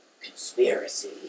Conspiracy